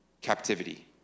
captivity